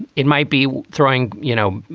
it might be throwing, you know,